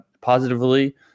positively